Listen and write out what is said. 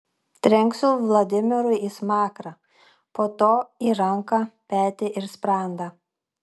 trenksiu vladimirui į smakrą po to į ranką petį ir sprandą